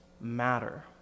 matter